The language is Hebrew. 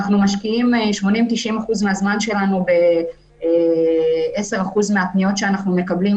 אנחנו משקיעים 80%-90% מהזמן שלנו ב-10% מהפניות שאנחנו מקבלים,